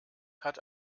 hat